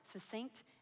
Succinct